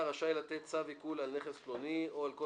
רשאי לתת צו עיקול על נכס פלוני או על כל